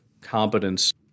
competence